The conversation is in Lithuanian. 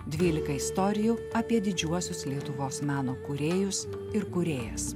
dvylika istorijų apie didžiuosius lietuvos meno kūrėjus ir kūrėjas